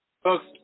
Folks